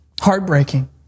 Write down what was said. Heartbreaking